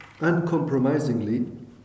uncompromisingly